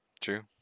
true